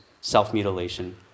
self-mutilation